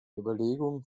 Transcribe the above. überlegung